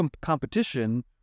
competition